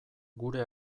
gure